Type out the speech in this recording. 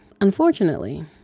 Unfortunately